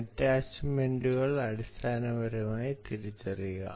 attachment അടിസ്ഥാനപരമായി തിരിച്ചറിയുക